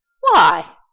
Why